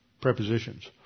prepositions